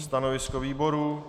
Stanovisko výboru?